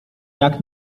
jak